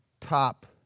top